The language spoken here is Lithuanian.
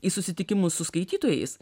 į susitikimus su skaitytojais